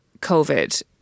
Covid